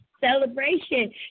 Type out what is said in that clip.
celebration